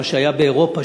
מה שהיה באירופה,